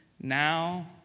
Now